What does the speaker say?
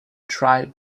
try